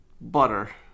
Butter